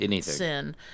sin